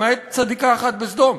למעט צדיקה אחת בסדום,